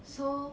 so